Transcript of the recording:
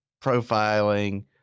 profiling